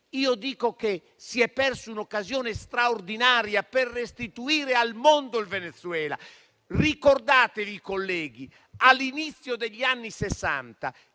- è che si è persa un'occasione straordinaria per restituire al mondo il Venezuela. Ricordate, colleghi: all'inizio degli anni Sessanta